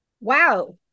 wow